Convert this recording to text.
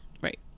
Right